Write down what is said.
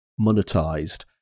monetized